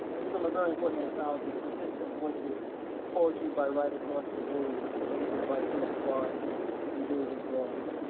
it's from a very important anthology, persistent voices poetry by writers lost to aids, edited by philip clark and david groff.